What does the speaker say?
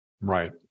Right